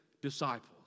Disciples